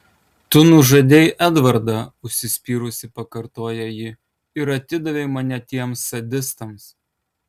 tu nužudei edvardą užsispyrusi pakartoja ji ir atidavei mane tiems sadistams